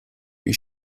wie